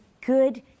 good